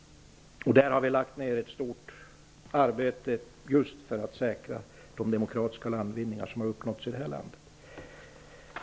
Vi har också lagt ner ett omfattande arbete just för att säkra de demokratiska landvinningar som har uppnåtts i det här landet.